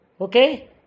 okay